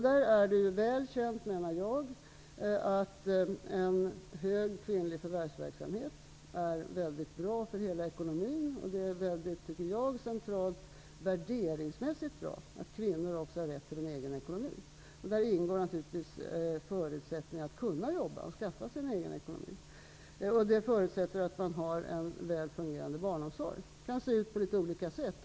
Det är välkänt att en hög kvinnlig förvärvsverksamhet är mycket bra för hela ekonomin. Det är centralt och värderingsmässigt bra att kvinnor också har rätt till en egen ekonomi. Där ingår naturligtvis förutsättningen att kunna jobba och skaffa sig en egen ekonomi. Det förutsätter att det finns en väl fungerande barnomsorg, som kan se ut på olika sätt.